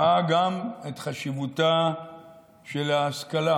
ראה גם את חשיבותה של ההשכלה,